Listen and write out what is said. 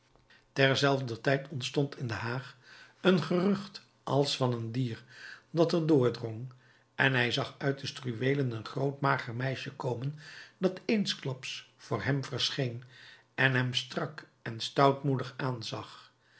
tezelfder tijd ontstond in de haag een gerucht als van een dier dat er doordrong en hij zag uit de struweelen een groot mager meisje komen dat eensklaps voor hem verscheen en hem strak en stoutmoedig aanzag